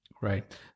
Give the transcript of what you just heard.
Right